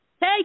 hey